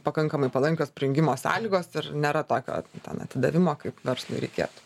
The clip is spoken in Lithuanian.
pakankamai palankios prijungimo sąlygos ir nėra tokio ten atidavimo kaip verslui reikėtų